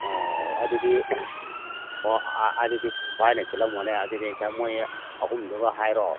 ꯑꯣ ꯑꯗꯨꯗꯤ ꯑꯣ ꯑꯗꯨꯗꯤ ꯚꯥꯏꯅ ꯁꯤꯜꯂꯝꯃꯣꯅꯦ ꯑꯗꯨꯗꯤ ꯆꯥꯛ ꯃꯣꯏ ꯑꯍꯨꯝꯗꯨꯒ ꯍꯥꯏꯔꯣ